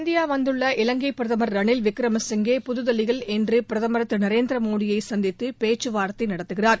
India வந்துள்ள இலங்கை பிரதமர் திரு ரணில் விக்ரமசிங்கே புதுதில்லியில் இன்று பிரதமர் திரு நரேந்திரமோடியை சந்தித்து பேச்சுவார்த்தை நடத்துகிறார்